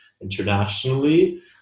internationally